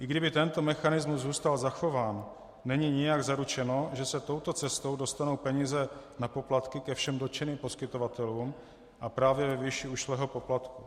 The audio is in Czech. I kdyby tento mechanismus zůstal zachován, není nijak zaručeno, že se touto cestou dostanou peníze na poplatky ke všem dotčeným poskytovatelům a právě ve výši ušlého poplatku.